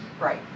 Right